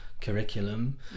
curriculum